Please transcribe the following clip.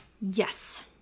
Yes